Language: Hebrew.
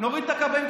נוריד את הכבאים,